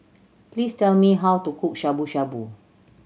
please tell me how to cook Shabu Shabu